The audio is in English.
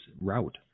route